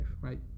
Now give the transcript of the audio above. right